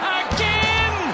again